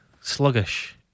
sluggish